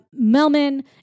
Melman